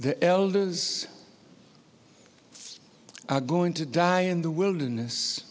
the elders are going to die in the wilderness